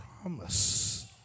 promise